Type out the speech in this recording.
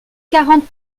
quarante